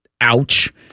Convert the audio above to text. Ouch